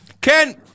Ken